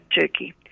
Turkey